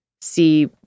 see